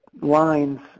lines